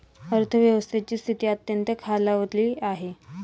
अर्थव्यवस्थेची स्थिती अत्यंत खालावली आहे